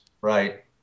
Right